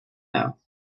now